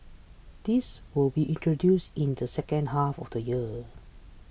this will be introduced in the second half of the year